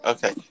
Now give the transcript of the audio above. Okay